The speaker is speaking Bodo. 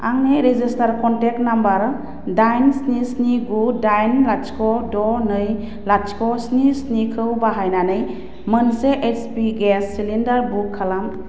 आंनि रेजिस्टार्ड कनटेक्ट नाम्बार दाइन स्नि स्नि गु दाइन लाथिख' द' नै लाथिख' स्नि स्निखौ बाहायनानै मोनसे H P gas cylinder book खालाम